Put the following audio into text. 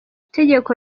itegeko